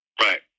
Right